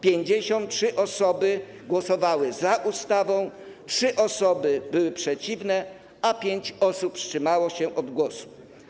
53 osoby głosowały za ustawą, trzy osoby były przeciwne, a pięć osób wstrzymało się od głosu.